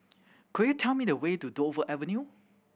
could you tell me the way to Dover Avenue